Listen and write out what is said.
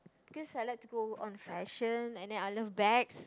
because I like to go on fashion and then I love bags